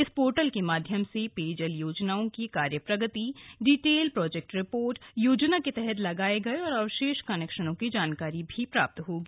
इस पोर्टल के माध्यम से पेयजल योजनाओं की कार्य प्रगति डिटेल प्रोजेक्ट रिपोर्ट योजना के तहत लगाये गये एवं अवशेष कनेक्शनों की जानकारी भी प्राप्त होगी